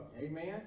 amen